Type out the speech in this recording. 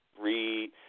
re-